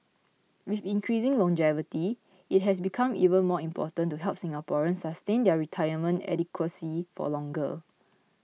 with increasing longevity it has become even more important to help Singaporeans sustain their retirement adequacy for longer